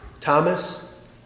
Thomas